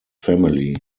family